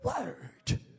word